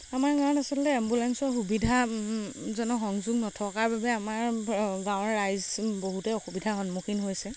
আমাৰ গাৱত আচলতে এম্বুলেঞ্চৰ সুবিধা জনক সংযোগ নথকাৰ বাবে আমাৰ গাঁৱৰ ৰাইজ বহুতে অসুবিধাৰ সন্মুখীন হৈছে